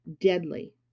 deadly